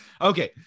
Okay